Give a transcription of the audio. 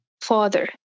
father